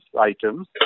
items